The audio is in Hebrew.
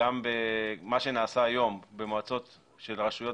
מה שנעשה היום במועצות של רשויות